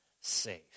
safe